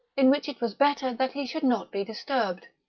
in which it was better that he should not be disturbed.